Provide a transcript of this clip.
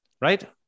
right